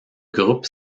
groupe